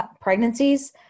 pregnancies